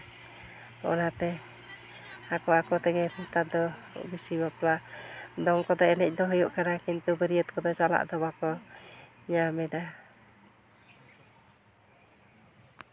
ᱚᱱᱟᱛᱮ ᱟᱠᱚ ᱟᱠᱚ ᱛᱮᱜᱮ ᱱᱮᱛᱟᱨ ᱫᱚ ᱵᱤᱥᱤ ᱵᱟᱯᱞᱟ ᱫᱚᱝ ᱠᱚᱫᱚ ᱮᱱᱮᱡ ᱫᱚ ᱦᱩᱭᱩᱜ ᱠᱟᱱᱟ ᱠᱤᱱᱛᱩ ᱵᱟᱹᱨᱭᱟᱹᱛ ᱠᱚᱫᱚ ᱪᱟᱞᱟᱜ ᱫᱚ ᱵᱟᱠᱚ ᱧᱟᱢᱮᱫᱟ